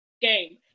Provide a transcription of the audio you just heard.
game